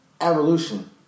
Evolution